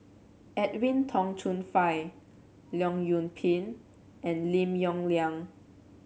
Edwin Tong Chun Fai Leong Yoon Pin and Lim Yong Liang